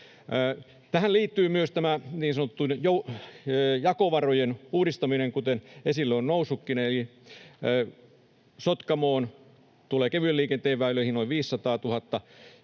Tähän liittyy myös tämä niin sanottujen jakovarojen uudistaminen, kuten esille on noussutkin, eli Sotkamoon tulee kevyen liikenteen väyliin noin 500 000